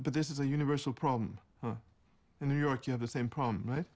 but this is a universal problem in new york you have the same problem right